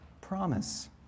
promise